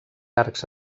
arcs